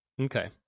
Okay